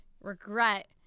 regret